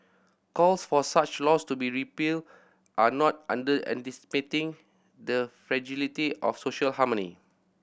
calls for such laws to be repealed are not underestimating the fragility of social harmony